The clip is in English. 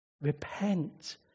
Repent